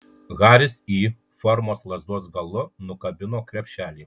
haris y formos lazdos galu nukabino krepšelį